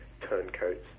turncoats